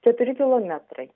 keturi kilometrai